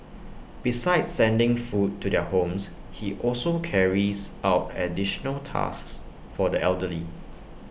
besides sending food to their homes he also carries out additional tasks for the elderly